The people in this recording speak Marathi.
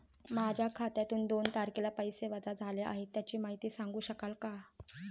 माझ्या खात्यातून दोन तारखेला पैसे वजा झाले आहेत त्याची माहिती सांगू शकता का?